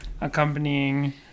accompanying